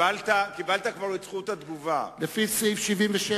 לומר את מה שהיושב-ראש התחיל בדבריו ובזה אסיים,